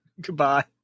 Goodbye